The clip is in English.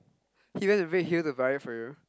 he went to Redhill to buy it for you